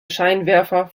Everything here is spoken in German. scheinwerfer